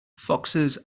foxes